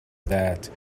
that